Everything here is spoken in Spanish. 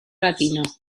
latino